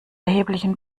erheblichen